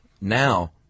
now